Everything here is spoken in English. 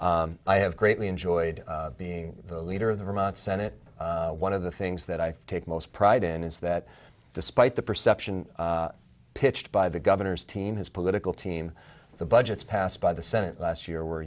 i have greatly enjoyed being the leader of the vermont senate one of the things that i take most pride in is that despite the perception pitched by the governor's team his political team the budgets passed by the senate last year were